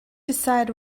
decide